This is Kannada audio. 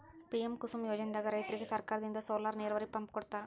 ಪಿಎಂ ಕುಸುಮ್ ಯೋಜನೆದಾಗ್ ರೈತರಿಗ್ ಸರ್ಕಾರದಿಂದ್ ಸೋಲಾರ್ ನೀರಾವರಿ ಪಂಪ್ ಕೊಡ್ತಾರ